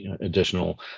additional